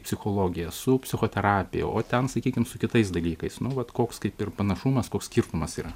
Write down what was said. psichologija su psichoterapija o ten sakykim su kitais dalykais nuolat koks kaip ir panašumas koks skirtumas yra